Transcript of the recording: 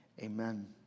Amen